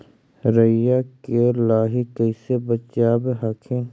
राईया के लाहि कैसे बचाब हखिन?